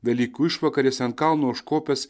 velykų išvakarėse ant kalno užkopęs